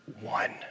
one